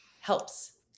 helps